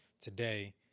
today